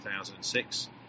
2006